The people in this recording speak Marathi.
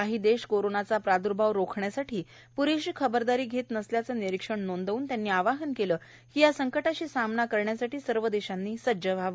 काही देश कोरोनाचा प्राद्र्भाव रोखण्यासाठी प्रेशी खबरदारी घेत नसल्याचे निरीक्षण नोंदवून त्यांनी आवाहन केले की या संक ाशी सामना करण्यासाठी सर्व देशांनी सज्ज व्हावे